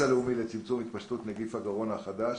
הלאומי לצמצום התפשטות נגיף הקורונה החדש.